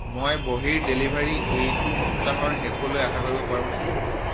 মই বহীৰ ডেলিভাৰী এইটো সপ্তাহৰ শেষলৈ আশা কৰিব পাৰোঁনে